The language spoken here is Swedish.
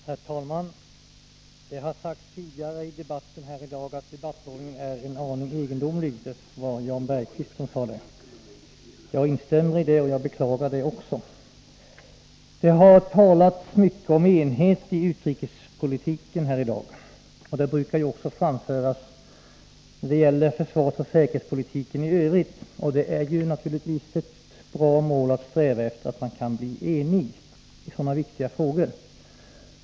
Herr talman! Jan Bergqvist sade att debattordningen i den här frågan är en aning egendomlig. Jag instämmer i det omdömet. Det har i dag talats mycket om enighet i utrikespolitiken, och just enigheten brukar framhållas när det gäller försvarsoch säkerhetspolitiken. Det är naturligtvis bra att sträva efter enighet i sådana här viktiga frågor.